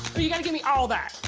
but you got to give me all that.